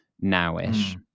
now-ish